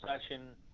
session